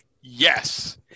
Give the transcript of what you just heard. Yes